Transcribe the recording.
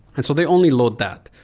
and so they only load that.